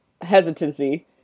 hesitancy